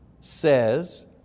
says